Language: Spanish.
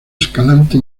escalante